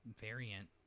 variant